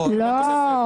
לא.